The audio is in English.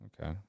Okay